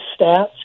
stats